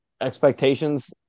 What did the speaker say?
expectations